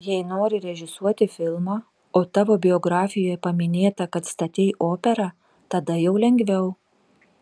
jei nori režisuoti filmą o tavo biografijoje paminėta kad statei operą tada jau lengviau